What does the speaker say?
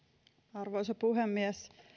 arvoisa puhemies